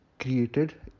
created